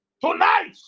Tonight